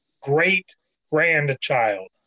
great-grandchild